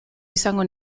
izango